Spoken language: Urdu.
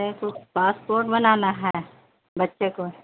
پاسپورٹ بنانا ہے بچے کو